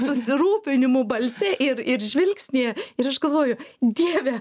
susirūpinimu balse ir ir žvilgsnyje ir aš galvoju dieve